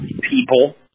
people